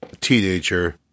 teenager